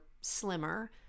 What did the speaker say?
slimmer